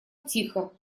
тихо